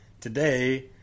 Today